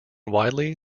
widely